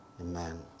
Amen